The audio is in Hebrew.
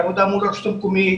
עבודה מול הרשות המקומית,